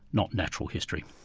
not natural history.